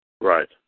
Right